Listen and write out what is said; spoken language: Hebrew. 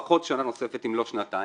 לפחות שנה נוספת, אם לא שנתיים.